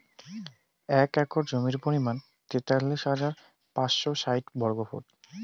এক একর জমির পরিমাণ তেতাল্লিশ হাজার পাঁচশ ষাইট বর্গফুট